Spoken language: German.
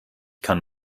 kann